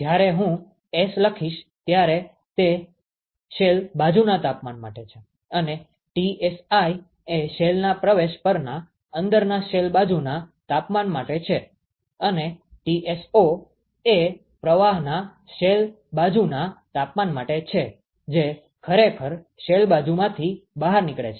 જ્યારે હું S લખીશ ત્યારે તે શેલ બાજુના તાપમાન માટે છે અને Tsi એ શેલના પ્રવેશ પરના અંદરના શેલ બાજુના તાપમાન માટે છે અને Tso એ પ્રવાહના શેલ બાજુના તાપમાન માટે છે જે ખરેખર શેલ બાજુમાંથી બહાર નીકળે છે